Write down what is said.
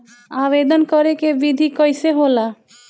आवेदन करे के विधि कइसे होला?